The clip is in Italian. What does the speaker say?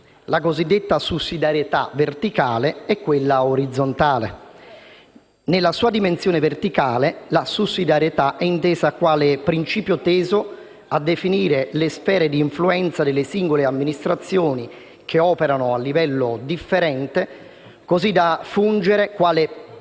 accezioni: quella verticale e quella orizzontale. Nella sua dimensione verticale la sussidiarietà è intesa quale principio teso a definire le sfere d'influenza delle singole amministrazioni che operano a livello differente così da fungere quale principale